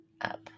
up